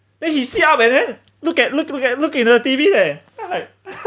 then he sit up and then look at look at look at the T_V eh ah like